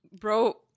bro